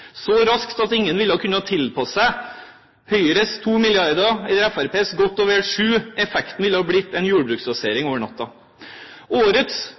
så raskt at ingen ville ha kunnet tilpasset seg Høyres 2 mrd. kr eller Fremskrittspartiets godt og vel 7 – effekten ville blitt en jordbruksrasering over natta. Årets